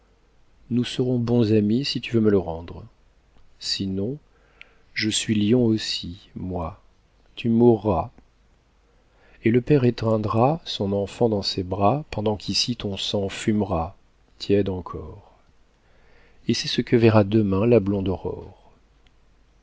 nous serons bons amis si tu veux me le rendre sinon je suis lion aussi moi tu mourras et le père étreindra son enfant dans ses bras pendant qu'ici ton sang fumera tiède encore et c'est ce que verra demain la blonde aurore